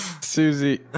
Susie